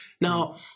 Now